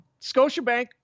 Scotiabank